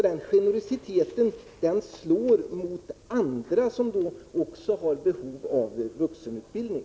Den generositeten slår mot andra som också har behov av vuxenutbildning.